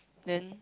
then